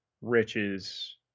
riches